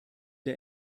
der